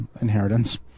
inheritance